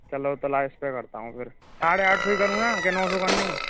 चलो तो ला इसपर करता हूँ फिर आरे अब करूआँ के नौ सौ बन्नी